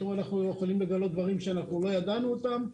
פתאום אנחנו יכולים לגלות דברים שאנחנו לא ידענו אותם.